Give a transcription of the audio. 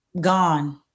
gone